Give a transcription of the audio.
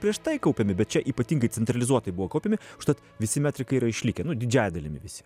prieš tai kaupiami bet čia ypatingai centralizuotai buvo kaupiami užtat visi metrikai yra išlikę didžiąja dalimi visi